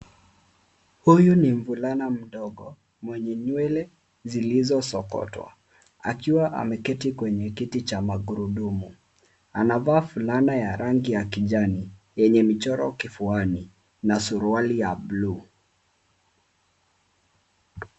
Huyu ni mvulana mdogo mwenye nywele zilizosokotwa, akiwa ameketi kwenye kiti cha magurudumu. Anavaa fulana ya rangi ya kijani yenye michoro kifuani na suruali ya buluu.